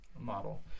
model